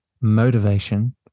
motivation